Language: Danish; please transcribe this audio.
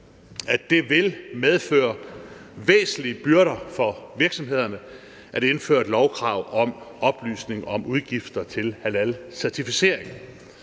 at det vil medføre væsentlige byrder for virksomhederne at indføre et lovkrav om oplysning om udgifter til halalcertificering.